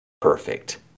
perfect